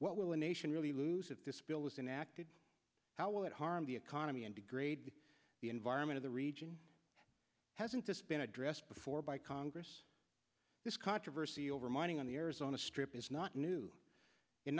what will the nation really lose if this bill was enacted how would harm the economy and degrade the environment of the region hasn't this been addressed before by congress this controversy over mining on the arizona strip is not new in